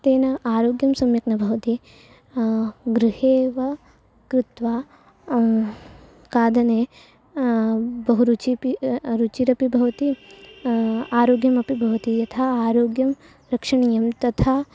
तेन आरोग्यं सम्यक् न भवति गृहे एव कृत्वा खादने बहु रुचिः अपि रुचिरपि भवति आरोग्यमपि भवति यथा आरोग्यं रक्षणीयं तथा